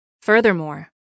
Furthermore